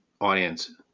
audience